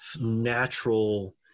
natural